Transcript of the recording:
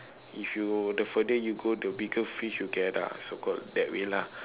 if you the further you go the bigger fish you get ah so called that way lah